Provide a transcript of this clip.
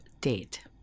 date